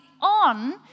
on